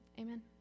Amen